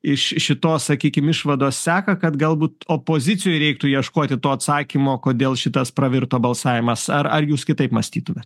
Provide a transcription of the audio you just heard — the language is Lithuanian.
iš šitos sakykim išvados seka kad galbūt opozicijoj reiktų ieškoti to atsakymo kodėl šitas pravirto balsavimas ar ar jūs kitaip mąstytumėt